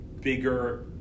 bigger